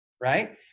right